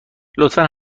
لطفا